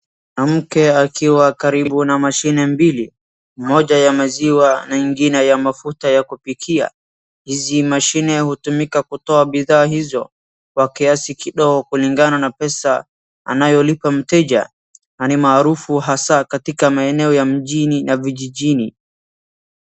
Mke akiwa karibu na mashine mbili mmoja ya maziwa na ingine ya mafuta ya kupikia. Hizi mashine hutumika kutoa bidhaa hizo kwa kiasi kidogo kulingana na pesa anayolipa mteja na ni maarufu hasa katika maeneo ya mjini na vijijini.